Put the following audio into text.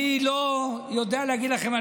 אני לא יודע להגיד לכם,